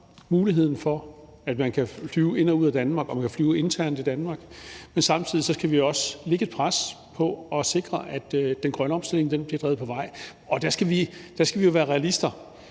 muligheden for, at man kan flyve ind og ud af Danmark og man kan flyve internt i Danmark, men samtidig skal vi også lægge et pres for at sikre, at den grønne omstilling bliver drevet på vej. Og der skal vi være realister.